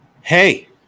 Hey